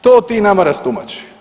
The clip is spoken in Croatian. To ti nama rastumači.